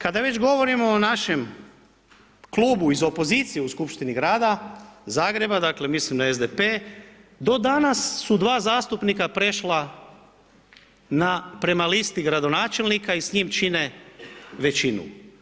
Kada već govorimo o našem klubu iz opozicije u Skupštini Grada Zagreba, dakle mislim na SDP do danas su dva zastupnika prešla na prema listi gradonačelnika i s njim čine većinu.